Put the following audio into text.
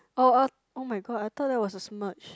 oh uh [oh]-my-god I thought that was a smudge